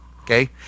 okay